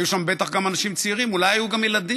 היו שם בטח גם אנשים צעירים, אולי היו גם ילדים,.